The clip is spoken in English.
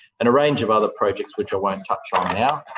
and a range of other project which i won't touch on now.